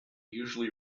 usually